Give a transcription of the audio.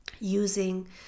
using